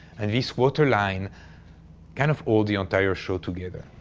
and this waterline kind of hold the entire show together.